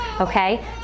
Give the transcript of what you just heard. okay